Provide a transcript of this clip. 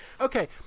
okay